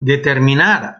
determinar